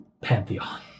pantheon